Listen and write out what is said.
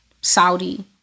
Saudi